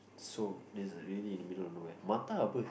so that's really in a middle of nowhere Mattar apa